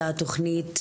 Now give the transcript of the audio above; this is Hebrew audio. והתכנית,